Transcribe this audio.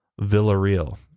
Villarreal